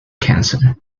cancer